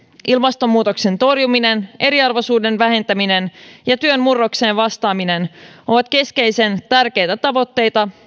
ilmastonmuutoksen torjuminen eriarvoisuuden vähentäminen ja työn murrokseen vastaaminen ovat keskeisen tärkeitä tavoitteita